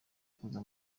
kuza